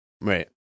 right